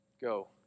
go